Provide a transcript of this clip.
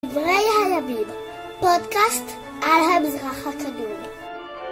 דברי הימים, פודקאסט על המזרח הקדומה.